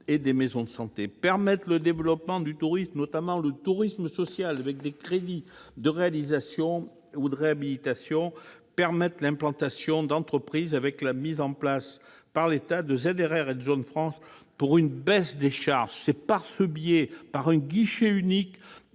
des maisons de santé, développer le tourisme, notamment le tourisme social, avec des crédits de réalisation ou de réhabilitation, encourager l'implantation des entreprises avec la mise en place, par l'État, de ZRR et de zones franches pour une baisse des charges- c'est par le biais du guichet unique,